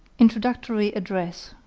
introductory address.